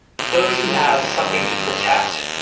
folks who have something to protect,